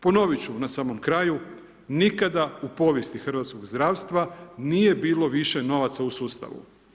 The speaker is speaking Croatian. Ponovit ću na samom kraju, nikada u povijesti hrvatskog zdravstva nije bilo više novaca u sustavu.